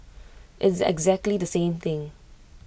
it's exactly the same thing